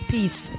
Peace